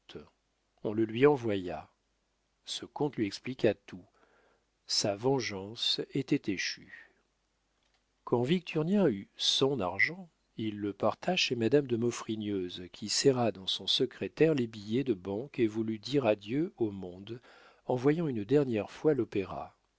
on le lui envoya ce compte lui expliqua tout sa vengeance était échue quand victurnien eut son argent il le porta chez madame de maufrigneuse qui serra dans son secrétaire les billets de banque et voulut dire adieu au monde en voyant une dernière fois l'opéra